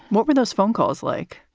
what were those phone calls like?